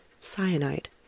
cyanide